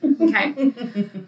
okay